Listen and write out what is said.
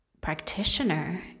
practitioner